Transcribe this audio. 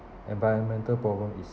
environmental problem is